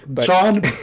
John